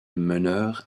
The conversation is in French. meneur